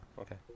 Okay